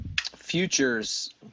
Futures